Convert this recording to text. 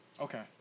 Okay